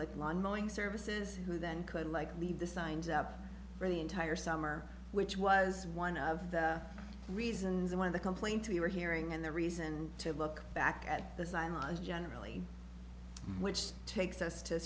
like lawn mowing services who then could like leave the signs up for the entire summer which was one of the reasons why the complain to you we're hearing and the reason to look back at the sign was generally which takes us to